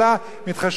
וזה טוב ככה,